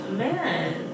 man